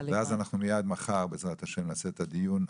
ואז אנחנו מיד מחר בעזרת השם נעשה את הדיון הסופי,